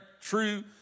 true